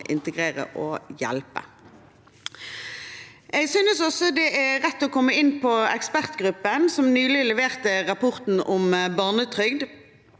integrere og hjelpe. Jeg synes også det er rett å komme inn på ekspertgruppen som nylig leverte rapporten om barnetrygd